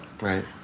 Right